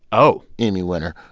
oh. emmy winner.